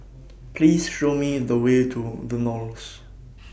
Please Show Me The Way to The Knolls